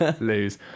lose